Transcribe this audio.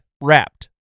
wrapped